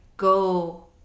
go